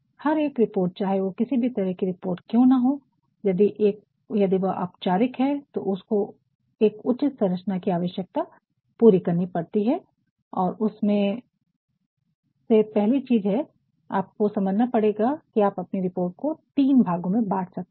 हर एक रिपोर्ट चाहे वह किसी भी तरह की रिपोर्ट क्यों ना हो यदि वह औपचारिक हैं तो उसको एक उचित संरचना की आवश्यकता पूरी करनी पड़ती है और उसमें से पहली चीज है आपको समझना पड़ेगा कि आप अपनी रिपोर्ट को तीन भागों में बांट सकते हैं